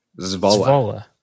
Zvola